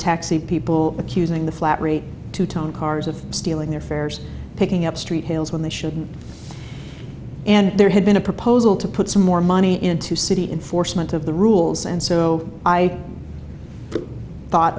taxi people accusing the flat rate to turn cars of stealing their fares picking up street hales when they shouldn't and there had been a proposal to put some more money into city enforcement of the rules and so i thought